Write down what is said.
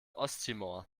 osttimor